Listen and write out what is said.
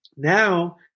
Now